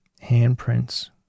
handprints